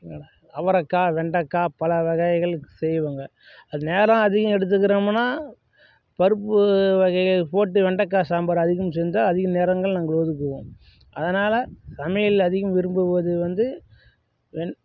அவரைக்காய் வெண்டைக்காய் பல வகைகள் செய்வாங்க அது நேரம் அதிகம் எடுத்துக்குறோம்னா பருப்பு வகைகள் போட்டு வெண்டைக்காய் சாம்பார் அதிகம் சேர்ந்தா அதிக நேரங்கள் நாங்கள் ஒதுக்குவோம் அதனால் சமையல் அதிகம் விரும்புவது வந்து வெண்